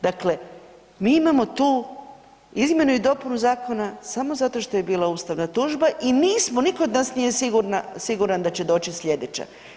Dakle, mi imamo tu izmjenu i dopunu zakona samo zato što je bila ustavna tužba i nismo nitko od nas nije siguran da će doći sljedeća.